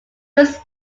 was